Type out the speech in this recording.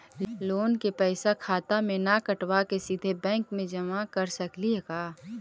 Loan के पैसा खाता मे से न कटवा के सिधे बैंक में जमा कर सकली हे का?